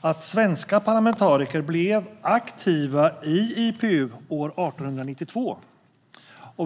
att svenska parlamentariker blev aktiva i IPU år 1892.